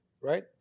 right